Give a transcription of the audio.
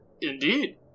Indeed